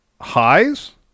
highs